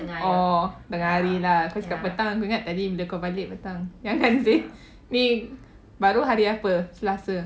orh tengah hari lah kau cakap petang aku ingat tadi bila kau balik petang jangan seh ni baru hari apa selasa